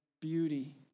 beauty